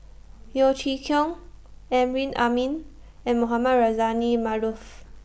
Yeo Chee Kiong Amrin Amin and Mohamed Rozani Maarof